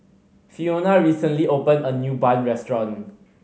Fiona recently opened a new bun restaurant